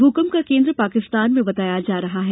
भूकंप का केन्द्र पाकिस्तान में बताया जा रहा है